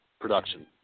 production